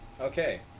Okay